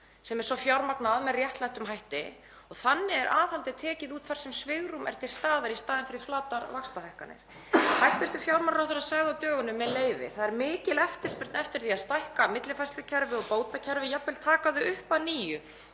sem er svo fjármagnað með réttlátum hætti. Þannig er aðhaldið tekið út þar sem svigrúm er til staðar í staðinn fyrir flatar vaxtahækkanir. Hæstv. fjármálaráðherra sagði á dögunum, með leyfi: „Það er mikil eftirspurn eftir því að stækka millifærslukerfi og bótakerfi, jafnvel taka þau upp að nýju